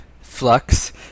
flux